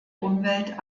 umwelt